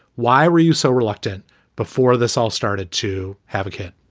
why were you so reluctant before this all started to have a kid?